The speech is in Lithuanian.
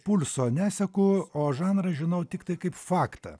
pulso neseku o žanrą žinau tiktai kaip faktą